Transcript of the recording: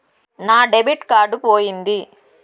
నా debit card పోయింది